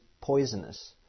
poisonous